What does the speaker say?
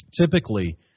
typically